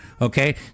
Okay